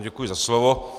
Děkuji za slovo.